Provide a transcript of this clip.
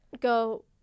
go